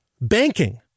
banking